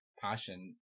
passion